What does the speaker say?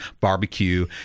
barbecue